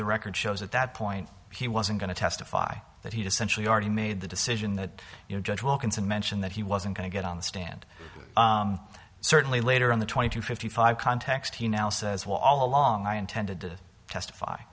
the record shows at that point he wasn't going to testify that he to century already made the decision that judge wilkinson mentioned that he wasn't going to get on the stand certainly later on the twenty two fifty five context he now says well all along i intended to testify